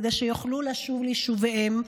כדי שיוכלו לשוב ליישוביהם,